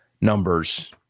numbers